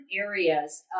areas